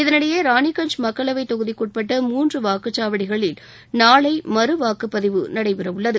இதனிடையே ராணிகஞ்ச் மக்களவை தொகுதிக்குட்பட்ட மூன்று வாக்குச்சாவடிகளில் நாளை மறுவாக்குப்பதிவு நடைபெற உள்ளது